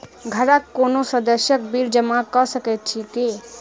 घरक कोनो सदस्यक बिल जमा कऽ सकैत छी की?